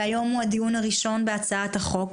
והיום הוא הדיון הראשון בהצעת החוק.